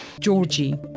Georgie